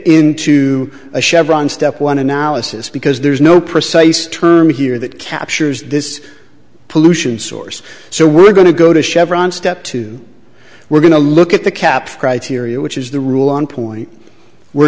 into a chevron step one analysis because there's no precise term here that captures this pollution source so we're going to go to chevron step two we're going to look at the cap criteria which is the rule on point we're